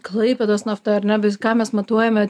klaipėdos nafta ar ne vis ką mes matuojame